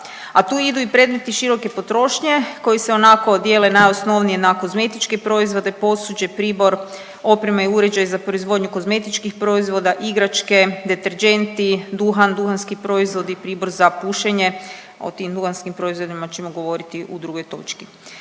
a tu idu i predmeti široke potrošnje koji se onako dijele najosnovnije na kozmetičke proizvode, posuđe, pribor, oprema i uređaji za proizvodnju kozmetičkih proizvoda, igračke, deterdženti, duhan, duhanski proizvodi, pribor za pušenje. O tim duhanskim proizvodima ćemo govoriti u drugoj točki.